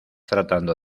tratando